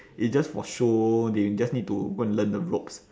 it just for show they just need to go and learn the ropes